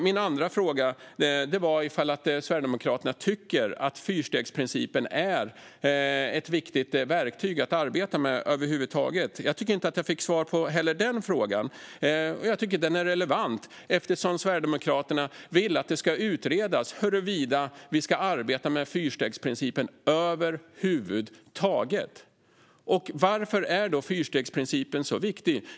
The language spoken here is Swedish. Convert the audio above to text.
Min andra fråga var om Sverigedemokraterna tycker att fyrstegsprincipen är ett viktigt verktyg att arbeta med över huvud taget. Jag tycker inte att jag fick svar på den frågan heller. Jag tycker att den är relevant eftersom Sverigedemokraterna vill att det ska utredas huruvida vi ska arbeta med fyrstegsprincipen över huvud taget. Varför är då fyrstegsprincipen så viktig?